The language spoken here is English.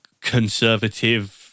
conservative